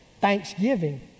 thanksgiving